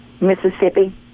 Mississippi